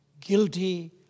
guilty